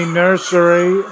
nursery